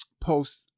post